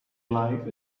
life